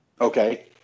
okay